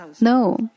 No